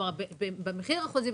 כלומר במחיר החוזה,